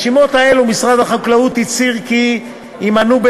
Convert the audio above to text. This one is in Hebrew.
משרד החקלאות הצהיר כי ברשימות האלה יימנו,